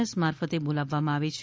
S મારફતે બોલા વવામાં આવે છે